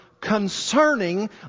concerning